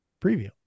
preview